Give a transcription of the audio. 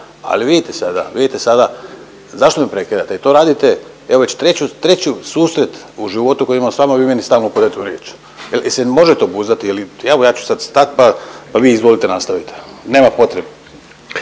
ali vidite sada, vidite sada zašto me prekidate i to radite evo već treći susret u životu koji imam s vama vi meni stalno upadate u riječ. …/Govornik se ne razumije./… evo ja ću sad stat pa vi izvolite nastavite. Nema potrebe